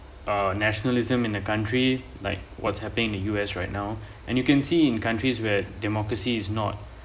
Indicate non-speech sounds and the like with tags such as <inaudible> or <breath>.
uh nationalism in a country like what's happening in U_S right now <breath> and you can see in countries where democracy is not